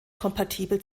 kompatibel